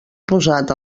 posat